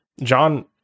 John